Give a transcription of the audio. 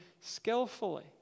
skillfully